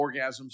orgasms